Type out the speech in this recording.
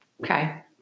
Okay